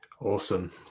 Awesome